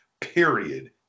period